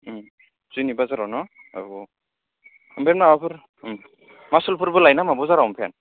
जोंनि बाजाराव न' औ औ ओमफ्राय माबाफोर मासुलफोरबो लायो नामा बाजाराव ओमफ्राय